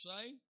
say